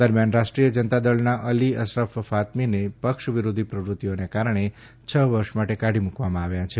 દરમ્યાન રાષ્ટ્રીય જનતા દળના અલી અશરફ ફાતમીને પક્ષ વિરોધી પ્રવૃત્તિઓને કારણે છ વર્ષ માટે કાઢી મૂકવામાં આવ્યા છે